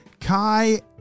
Kai